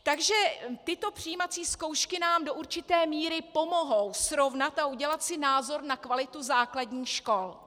Takže tyto přijímací zkoušky nám do určité míry pomohou srovnat a udělat si názor na kvalitu základních škol.